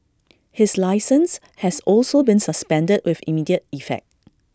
his licence has also been suspended with immediate effect